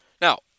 Now